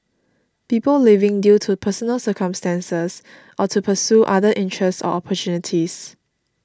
people leaving due to personal circumstances or to pursue other interests or opportunities